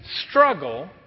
struggle